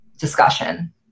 discussion